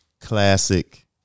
Classic